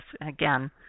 again